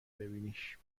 ببینیش